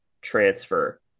transfer